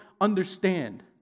Understand